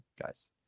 guys